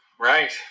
Right